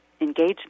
engagement